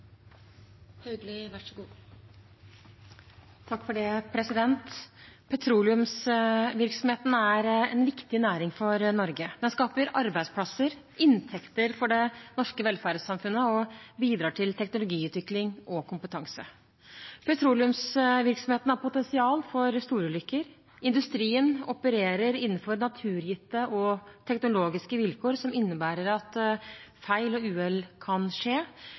inntekter for det norske velferdssamfunnet og bidrar til teknologiutvikling og kompetanse. Petroleumsvirksomheten har potensial for storulykker. Industrien opererer innenfor naturgitte og teknologiske vilkår som innebærer at feil og uhell kan skje.